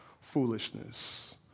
foolishness